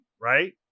right